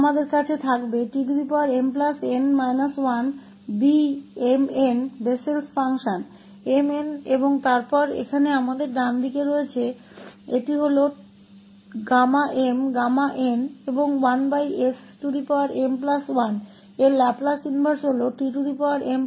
हमारे यहाँ tmn 1Β𝑚 Bessel का फलन 𝑚n होगा और फिर यहाँ हमारे पास दाहिनी ओर है यह Γ𝑚Γ𝑛 और 1smn का लाप्लास प्रतिलोम है जो tmn 1mn